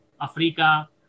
Africa